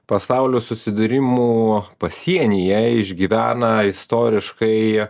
pasaulio susidūrimų pasienyje išgyvena istoriškai